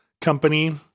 company